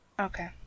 Okay